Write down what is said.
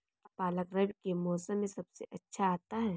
क्या पालक रबी के मौसम में सबसे अच्छा आता है?